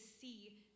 see